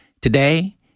today